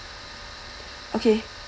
okay